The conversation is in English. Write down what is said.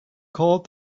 called